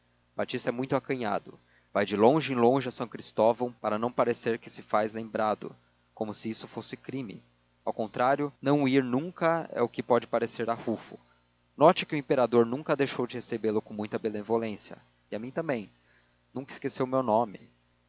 batista é muito acanhado vai de longe em longe a são cristóvão para não parecer que se faz lembrado como se isto fosse crime ao contrário não ir nunca é que pode parecer arrufo note que o imperador nunca deixou de recebê-lo com muita benevolência e a mim também nunca esqueceu o meu nome